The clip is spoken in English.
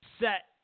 set